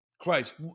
Christ